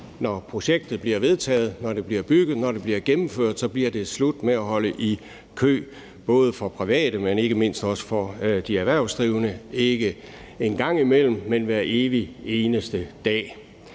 når projektet bliver vedtaget, når det bliver bygget, når det bliver gennemført, slut med at holde i kø både for private, men ikke mindst også for de erhvervsdrivende, som de har gjort ikke bare en gang imellem, men hver evig eneste dag.